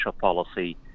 policy